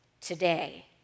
today